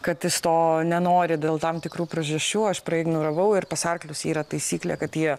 kad jis to nenori dėl tam tikrų priežasčių aš praignoravau ir pas arklius yra taisyklė kad jie